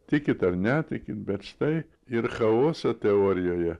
tikit ar netikit bet štai ir chaoso teorijoje